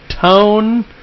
tone